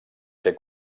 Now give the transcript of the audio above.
ser